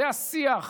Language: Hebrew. זה השיח,